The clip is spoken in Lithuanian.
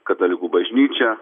katalikų bažnyčia